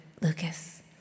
Lucas